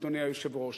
אדוני היושב-ראש,